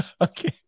Okay